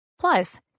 Plus